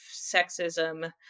sexism